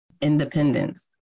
Independence